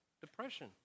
depression